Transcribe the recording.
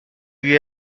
you